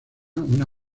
una